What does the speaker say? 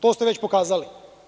To ste već pokazali.